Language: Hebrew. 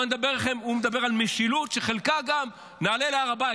הוא מדבר על משילות, שחלקה גם, נעלה להר הבית.